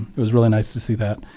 it was really nice to see that.